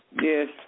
Yes